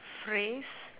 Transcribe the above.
phrase